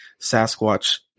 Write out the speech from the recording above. Sasquatch